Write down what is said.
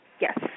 Yes